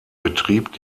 betrieb